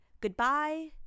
goodbye